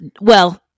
well-